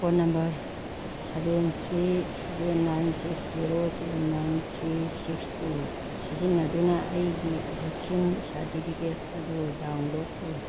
phone number seven three seven nine six zero two nine three six two ꯁꯤꯖꯤꯟꯅꯗꯨꯅ ꯑꯩꯒꯤ vaccine certificate ꯑꯗꯨ download ꯇꯧ